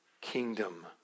kingdom